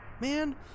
Man